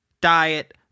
diet